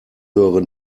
höre